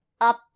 up